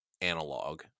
analog